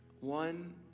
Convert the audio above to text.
One